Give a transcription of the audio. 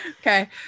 Okay